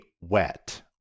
wet